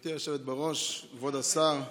גברתי היושבת-ראש, כבוד השר,